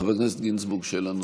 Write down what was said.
חבר הכנסת גינזבורג, שאלה נוספת.